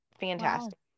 fantastic